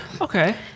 Okay